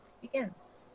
begins